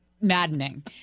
maddening